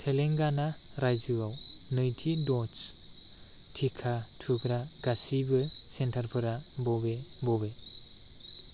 तेलेंगाना रायजोआव नैथि दज टिका थुग्रा गासिबो सेन्टारफोरा बबे बबे